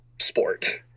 sport